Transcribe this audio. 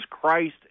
Christ